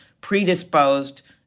predisposed